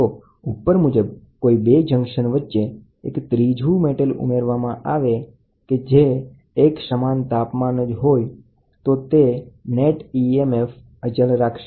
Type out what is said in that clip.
તો ઉપર મુજબ કોઈ બે જંકશન વચ્ચે એક ત્રીજું મેટલ ઉમેરવામાં આવે કે જે એક સમાન તાપમાન જ હોય તો તે નેટ emf અચલ રાખશે